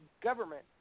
government